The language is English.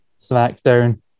SmackDown